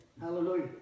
Hallelujah